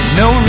no